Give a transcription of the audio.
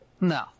No